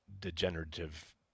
degenerative